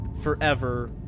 forever